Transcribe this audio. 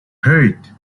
eight